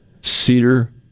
cedar